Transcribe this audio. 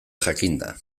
jakinda